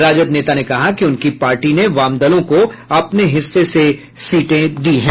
राजद नेता ने कहा कि उनकी पार्टी ने वामदलों को अपने हिस्से से सीटें दी हैं